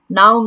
Now